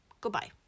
goodbye